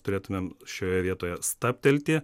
turėtumėm šioje vietoje stabtelti